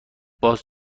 باز